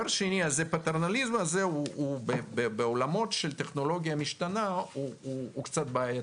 הפטרנליזם הזה בעולמות של טכנולוגיה משתנה הוא קצת בעייתי.